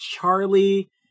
Charlie